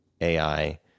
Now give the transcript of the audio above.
AI